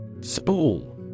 Spool